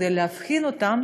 כדי לאבחן אותם,